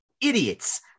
idiots